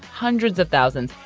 hundreds of thousands.